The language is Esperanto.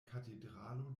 katedralo